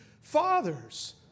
fathers